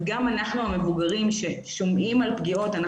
גם אנחנו המבוגרים ששומעים על פגיעות,